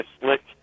slick